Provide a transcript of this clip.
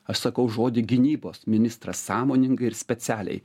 aš sakau žodį gynybos ministras sąmoningai ir specialiai